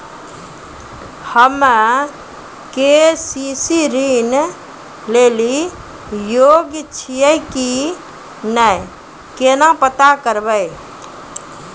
हम्मे के.सी.सी ऋण लेली योग्य छियै की नैय केना पता करबै?